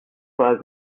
pas